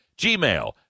Gmail